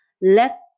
let